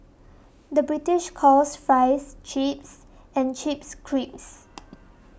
the British calls Fries Chips and Chips Crisps